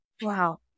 Wow